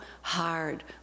hard